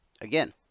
again